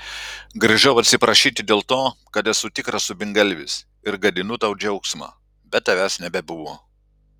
grįžau atsiprašyti dėl to kad esu tikras subingalvis ir gadinu tau džiaugsmą bet tavęs nebebuvo